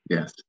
Yes